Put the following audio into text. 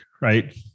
right